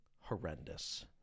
horrendous